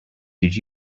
did